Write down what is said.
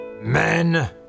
Men